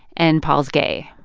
and paul's gay,